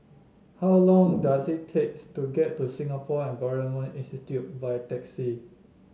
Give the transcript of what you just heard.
how long does it takes to get to Singapore Environment Institute by taxi